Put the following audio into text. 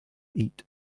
eat